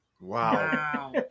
Wow